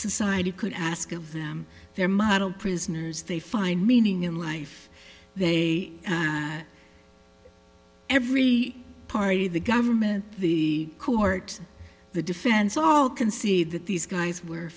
society could ask of them their model prisoners they find meaning in life they every party the government the court the defense all can see that these guys were